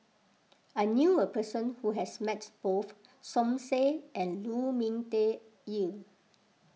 I knew a person who has met both Som Said and Lu Ming Teh Earl